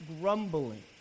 grumbling